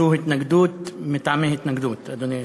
זו התנגדות מטעמי התנגדות, אדוני היושב-ראש.